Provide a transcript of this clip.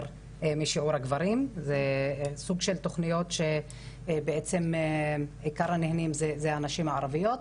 משיעור הגברים וסוג של תוכניות שעיקר הנהנים זה הנשים הערביות.